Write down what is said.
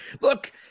look